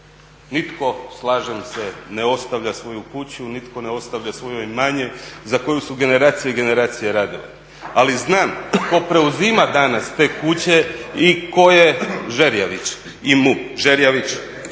Nitko, slažem se, ne ostavlja svoju kuću, nitko ne ostavlja svoje imanje za koju su generacije i generacije radile. Ali znam tko preuzima danas te kuće i …, Žerjavić i MUP. Ali